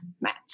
match